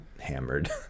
hammered